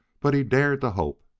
but he dared to hope.